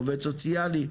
עובד סוציאלי,